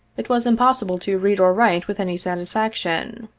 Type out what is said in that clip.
it was impossible to read or write with any satisfaction.